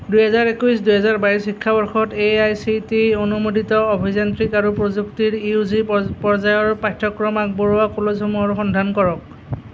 দুহাজাৰ একৈছ দুহাজাৰ বাইছ শিক্ষাবৰ্ষত A I C T E অনুমোদিত অভিযান্ত্ৰিক আৰু প্ৰযুক্তিৰ ইউ জি পৰ্যায়ৰ পাঠ্যক্ৰম আগবঢ়োৱা কলেজসমূহৰ সন্ধান কৰক